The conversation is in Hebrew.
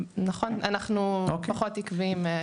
נכון, אנחנו פחות עקביים.